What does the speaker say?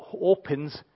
opens